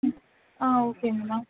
ம் ஆ ஓகேங்க மேம்